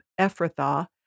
Ephrathah